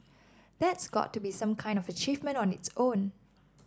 that's got to be some kind of achievement on its own